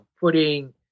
putting